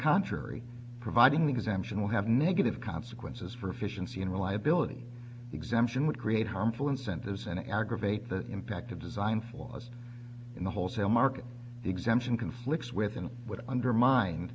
contrary providing the exemption will have negative consequences for efficiency and reliability exemption would create harmful incentives and aggravate the impact of design flaws in the wholesale market exemption conflicts with and would undermine